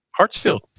Hartsfield